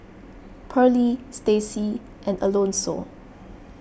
Pearly Staci and Alonso